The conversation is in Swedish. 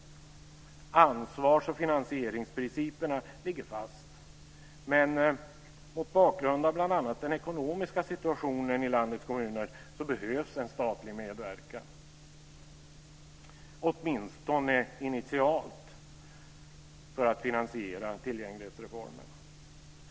Ansvars och finansieringsprinciperna ligger fast. Men mot bakgrund av bl.a. den ekonomiska situationen i landets kommuner behövs en statlig medverkan, åtminstone initialt för att finansiera tillgänglighetsreformen.